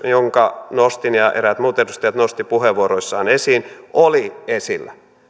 jonka nostin ja eräät muut edustajat nostivat puheenvuoroissaan esiin oli esillä